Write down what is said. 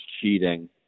cheating